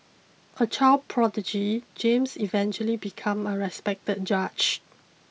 a child prodigy James eventually become a respected judge